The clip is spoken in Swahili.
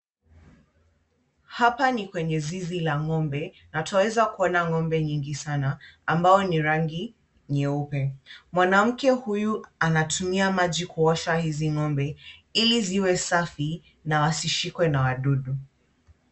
Hapa ni kwenye zizi la ng'ombe na twaweza kuona ng'ombe nyingi sana ambao ni rangi nyeupe. Mwanamke huyu anatumia maji kuosha hizi ng'ombe ili ziwe safi na wasishikwe na wadudu.